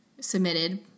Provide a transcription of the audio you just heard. submitted